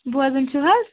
بوزان چھُو حظ